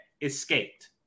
escaped